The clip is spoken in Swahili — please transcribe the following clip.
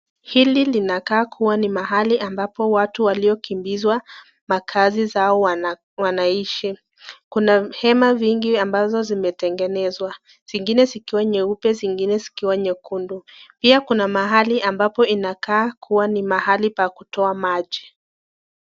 Hili ni mahali inakaa ambapo watu waliokimbizwa makaazi zao wanaishi. Kuna hema vingi ambazo zimetengenezwa zingine zikiwa nyeupe zingine zikiwa nyekundu. Pia kuna mahali ambapo inakaa kua ni pahali pa kutoa maji.